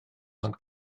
ond